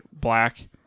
black